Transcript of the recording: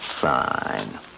Fine